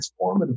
transformative